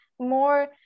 more